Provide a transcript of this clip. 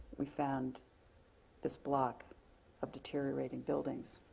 we found this block of deteriorating buildings.